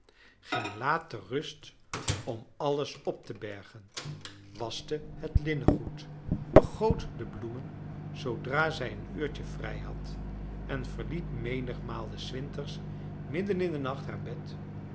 ging laat te rust om alles op te bergen waschte het linnengoed begoot de bloemen zoodra zij een uurtje vrij had en verliet menigmaal des winters midden in den nacht haar bed